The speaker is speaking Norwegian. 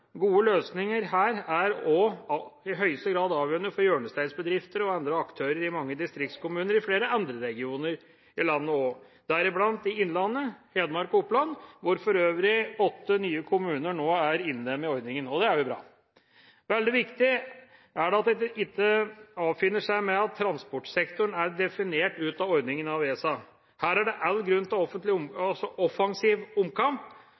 gode løsninger her er også i høyeste grad avgjørende for hjørnesteinsbedrifter og andre aktører i mange distriktskommuner i flere andre regioner i landet også, deriblant i innlandet – Hedmark og Oppland – hvor for øvrig åtte nye kommuner nå er inne med ordningen, og det er bra. Veldig viktig er det at en ikke avfinner seg med at transportsektoren er definert ut av ordningen av ESA. Her er det all grunn til offensiv omkamp.